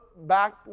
back